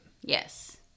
Yes